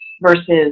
Versus